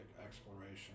exploration